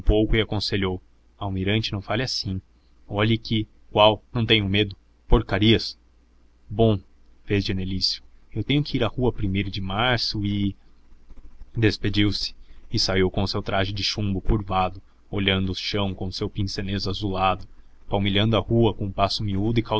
pouco e aconselhou almirante não fale assim olhe que qual não tenho medo porcarias bom fez genelício eu tenho que ir à rua primeiro de março e despediu-se e saiu com o seu traje de chumbo curvado olhando o chão com o seu pince-nez azulado palmilhando a rua com passo miúdo e